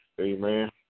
Amen